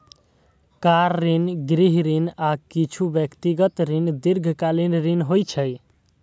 car ऋण, गृह ऋण, आ किछु व्यक्तिगत ऋण दीर्घकालीन ऋण होइ छै